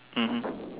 mmhmm